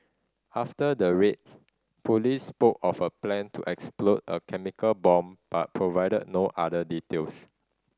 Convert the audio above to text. after the raids police spoke of a plan to explode a chemical bomb but provided no other details